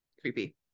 creepy